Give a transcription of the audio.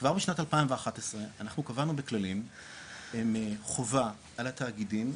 כבר בשנת 2011 אנחנו קבענו בכללים חובה על התאגידים,